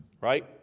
right